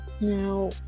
Now